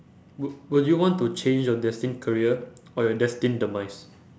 wou~ will you want to change your destined career or your destined demise